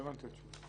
לא הבנתי את התשובה.